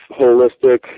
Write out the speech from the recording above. holistic